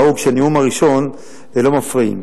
נהוג שבנאום הראשון לא מפריעים.